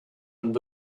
and